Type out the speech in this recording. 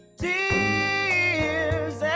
tears